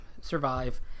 survive